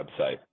website